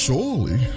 Surely